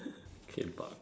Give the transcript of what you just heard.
K-pop